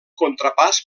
contrapàs